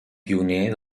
pioner